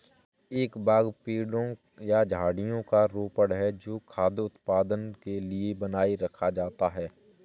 एक बाग पेड़ों या झाड़ियों का रोपण है जो खाद्य उत्पादन के लिए बनाए रखा जाता है